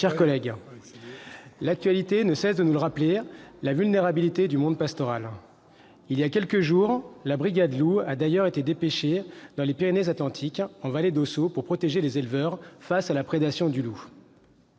chers collègues, l'actualité ne cesse de nous rappeler la vulnérabilité du monde pastoral. Il y a quelques jours, la brigade loup a d'ailleurs été dépêchée dans les Pyrénées-Atlantiques, en vallée d'Ossau, pour protéger les éleveurs face à la prédation du loup.